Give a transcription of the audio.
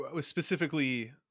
Specifically